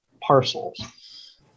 parcels